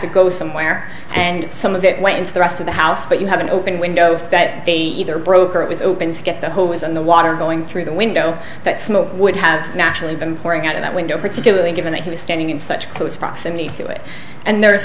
to go somewhere and some of it went into the rest of the house but you have an open window that either broke or it was opened to get the hole was in the water going through the window that smoke would have naturally been pouring out of that window particularly given that he was standing in such close proximity to it and there